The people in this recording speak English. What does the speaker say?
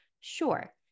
Sure